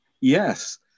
Yes